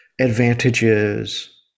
advantages